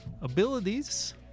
abilities